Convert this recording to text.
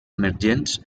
emergents